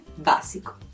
básico